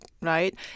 right